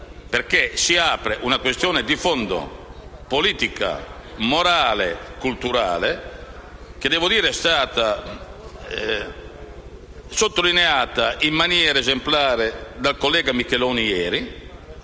voterò. Si apre una questione di fondo politica, morale e culturale che è stata sottolineata ieri in maniera esemplare dal collega Micheloni.